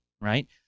right